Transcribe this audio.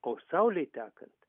o saulei tekant